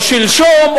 או שלשום,